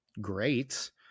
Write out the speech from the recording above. great